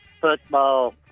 football